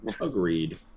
Agreed